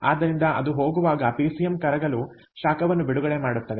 ಆದ್ದರಿಂದ ಇದು ಹೋಗುವಾಗ ಪಿಸಿಎಂ ಕರಗಲು ಶಾಖವನ್ನು ಬಿಡುಗಡೆ ಮಾಡುತ್ತದೆ